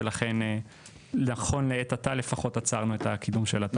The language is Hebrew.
לכן נכון לעת עתה עצרנו את הקידום של הדברים.